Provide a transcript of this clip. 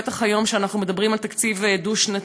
בטח היום כשאנחנו מדברים על תקציב דו-שנתי,